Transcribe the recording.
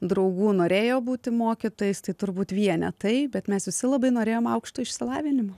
draugų norėjo būti mokytojais tai turbūt vienetai bet mes visi labai norėjom aukšto išsilavinimo